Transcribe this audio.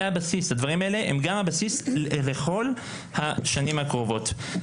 הדברים האלה הם הבסיס לכל השנים הקרובות.